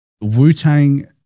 Wu-Tang